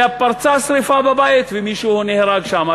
ופרצה שרפה בבית ומישהו נהרג שם,